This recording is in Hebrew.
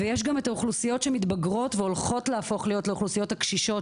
ויש גם את האוכלוסיות שמתבגרות והולכות להפוך לאוכלוסיות הקשישות